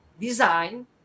design